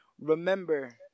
Remember